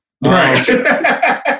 right